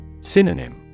Synonym